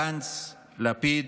גנץ, לפיד,